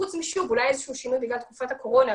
חוץ מאיזשהו שינוי בתקופת הקורונה.